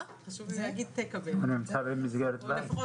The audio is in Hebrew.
אם אתה יכול להסביר למה